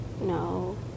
No